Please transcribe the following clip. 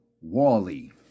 Wally